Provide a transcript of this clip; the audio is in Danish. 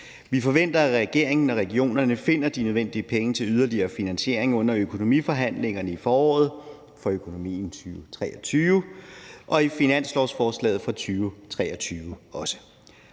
Vi forventer, at regeringen og regionerne finder de nødvendige penge til en yderligere finansiering under økonomiforhandlingerne i foråret for økonomien 2023 og også i finanslovsforslaget for 2023.